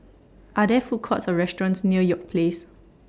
Are There Food Courts Or restaurants near York Place